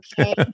Okay